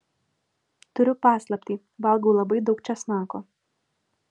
turiu paslaptį valgau labai daug česnako